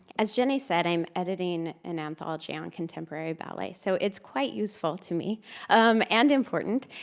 as jenny said, i'm editing an anthology on contemporary ballet so it's quite useful to me and important.